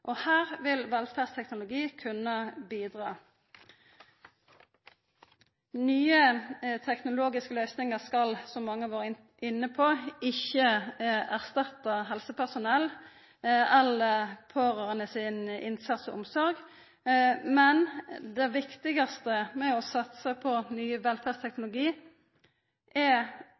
og her vil velferdsteknologi kunna bidra. Nye teknologiske løysingar skal, som mange har vore inne på, ikkje erstatta helsepersonell eller pårørande sin innsats og omsorg, men det viktigaste med å satsa på ny velferdsteknologi er,